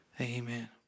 Amen